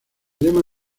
lema